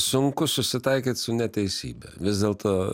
sunku susitaikyt su neteisybe vis dėlto